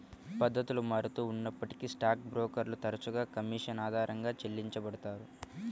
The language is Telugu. పద్ధతులు మారుతూ ఉన్నప్పటికీ స్టాక్ బ్రోకర్లు తరచుగా కమీషన్ ఆధారంగా చెల్లించబడతారు